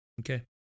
Okay